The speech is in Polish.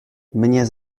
mnie